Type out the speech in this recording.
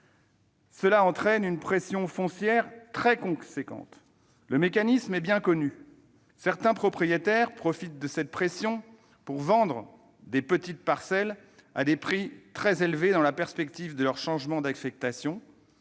qui entraîne une pression foncière très conséquente. Le mécanisme est bien connu : certains propriétaires profitent de cette pression pour vendre de petites parcelles à des prix très élevés, dans la perspective de leur changement d'affectation.